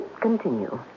Continue